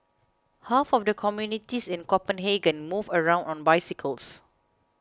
half of the communities in Copenhagen move around on bicycles